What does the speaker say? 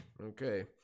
Okay